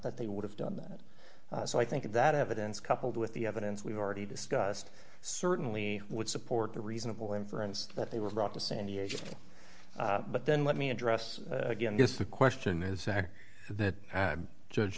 that they would have done that so i think that evidence coupled with the evidence we've already discussed certainly would support their reasonable inference that they were brought to san diego but then let me address again just the question is that judg